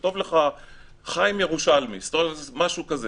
הוא יכתוב לך "חיים ירושלמי" או משהו כזה,